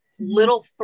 little